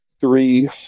three